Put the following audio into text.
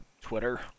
Twitter